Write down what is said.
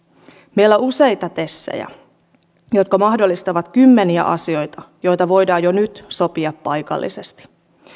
meillä on useita tesejä jotka mahdollistavat kymmeniä asioita joita voidaan jo nyt sopia paikallisesti